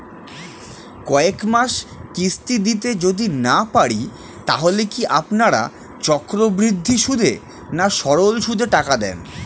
কয়েক মাস কিস্তি দিতে যদি না পারি তাহলে কি আপনারা চক্রবৃদ্ধি সুদে না সরল সুদে টাকা দেন?